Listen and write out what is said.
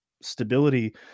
stability